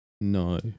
No